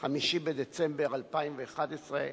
5 בדצמבר 2011,